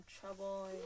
trouble